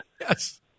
Yes